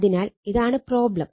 അതിനാൽ ഇതാണ് പ്രോബ്ലം